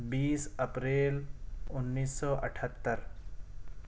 بیس April انیس سو اٹھہتر